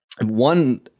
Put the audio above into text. one